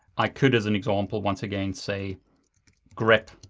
i could, as an example, once again, say grep